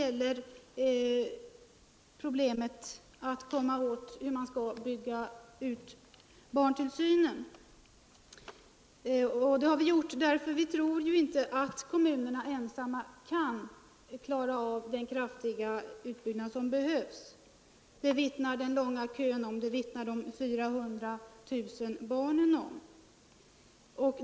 Vi har motionerat om hur man skall bygga ut barntillsynen, och det har vi gjort därför att vi inte tror att kommunerna ensamma kan klara den kraftiga utbyggnad som behövs. Det vittnar den långa kön om, det vittnar de 400 000 barnen om.